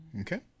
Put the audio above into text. Okay